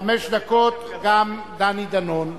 חמש דקות, חבר הכנסת דני דנון.